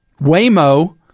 Waymo